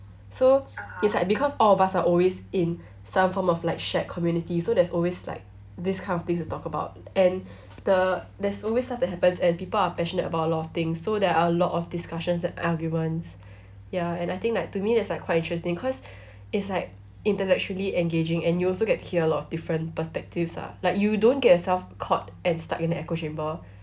so it's like because all of us are always in some form of like shared community so there's always like these kind of things to talk about and the there's always stuff that happens and people are passionate about a lot of things so there are a lot of discussions and arguments ya and I think like to me that's like quite interesting cause it's like intellectually engaging and you also get to hear a lot of different perspectives ah like you don't get yourself caught and stuck in an echo-chamber